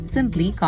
Simply